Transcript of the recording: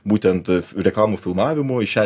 būtent reklamų filmavimo į šią